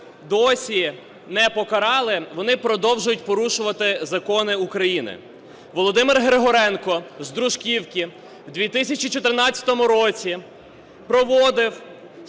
досі не покарали, вони продовжують порушувати закони України. Володимир Григоренко з Дружківки в 2014 році проводив